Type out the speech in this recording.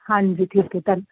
ਹਾਂਜੀ ਠੀਕ ਹੈ ਧੰਨ